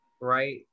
right